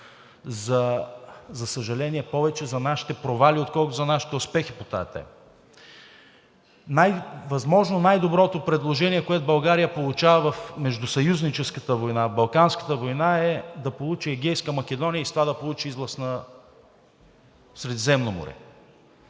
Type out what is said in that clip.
за съжаление, повече за нашите провали, отколкото за нашите успехи по тази тема. Възможно най-доброто предложение, което България получава в Междусъюзническата война, в Балканската война е да получи Егейска Македония и с това да получи излаз на Средиземно море.